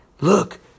look